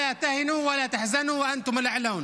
"אל תהיו חלשים ואל תהיו עצובים,